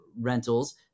rentals